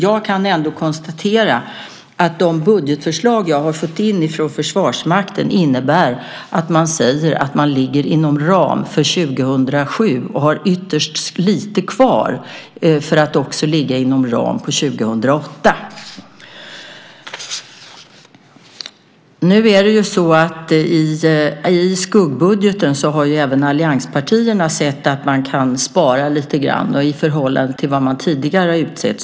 Jag kan ändå konstatera att de budgetförslag jag har fått in från Försvarsmakten innebär att man ligger inom ram för 2007 och har ytterst lite kvar för att ligga inom ram också för 2008. I skuggbudgeten har nu även allianspartierna sett att man kan spara lite grann i förhållande till vad man tidigare har sagt.